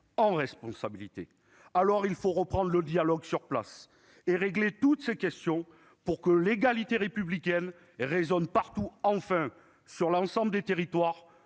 en responsabilité. Alors il faut reprendre le dialogue sur place et régler toutes ces questions, pour que l'égalité républicaine résonne partout, enfin, sur l'ensemble des territoires,